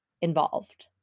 involved